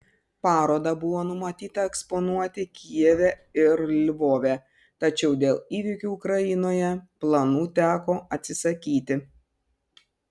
parodą buvo numatyta eksponuoti kijeve ir lvove tačiau dėl įvykių ukrainoje planų teko atsisakyti